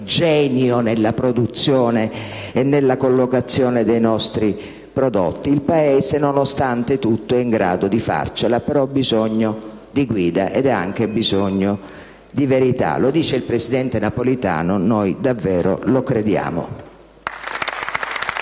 genio nella produzione e nella collocazione dei nostri prodotti. Il Paese, nonostante tutto, è in grado di farcela, però ha bisogno di guida ed ha anche bisogno di verità; lo dice il presidente Napolitano e noi davvero lo crediamo.